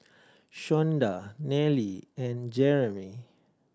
Shonda Nellie and Jerimy